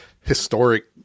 Historic